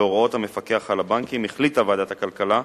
בהוראות המפקח על הבנקים, החליטה ועדת הכלכלה,